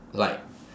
like